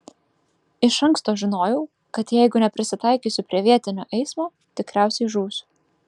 iš anksto žinojau kad jeigu neprisitaikysiu prie vietinio eismo tikriausiai žūsiu